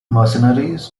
mercenaries